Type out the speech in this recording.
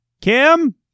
Kim